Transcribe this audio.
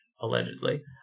allegedly